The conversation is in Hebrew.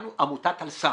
לנו, עמותת "אל סם".